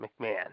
McMahon